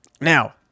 Now